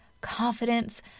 confidence